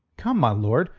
come, my lord.